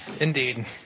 Indeed